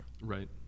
right